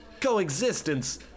coexistence